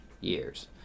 years